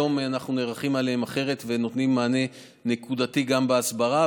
היום אנחנו נערכים אליהם אחרת ונותנים מענה נקודתי גם בהסברה.